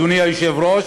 אדוני היושב-ראש,